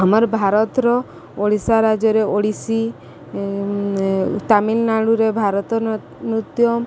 ଆମର୍ ଭାରତର ଓଡ଼ିଶା ରାଜ୍ୟରେ ଓଡ଼ିଶୀ ତାମିଲନାଡ଼ୁରେ ଭାରତ ନୃତ୍ୟ